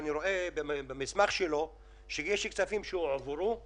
אני רואה במסמך שלו שיש כספים שהועברו,